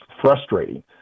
frustrating